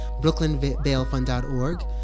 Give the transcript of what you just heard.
brooklynbailfund.org